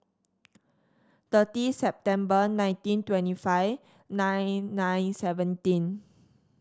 thirty September nineteen twenty five nine nine seventeen